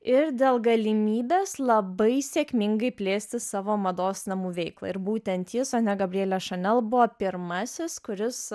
ir dėl galimybės labai sėkmingai plėsti savo mados namų veiklą ir būtent jis o ne gabriele chanel buvo pirmasis kuris